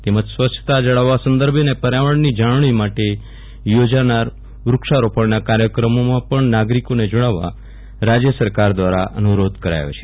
તેમજ સ્વચ્છતા જાળવવા સંદર્ભે અને પર્યાવરણની જાળવણી માટે યોજાનાર વૃક્ષારોપણના કાર્યક્રમોમાં પણ નાગરિકોને જોડાવવા રાજય સરકાર દ્વારા અનુરોધ કરાયો છે